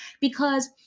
because-